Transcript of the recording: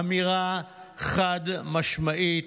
אמירה חד-משמעית,